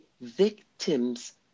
victims